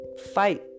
fight